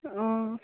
অঁ